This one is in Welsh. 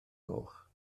goch